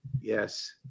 Yes